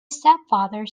stepfather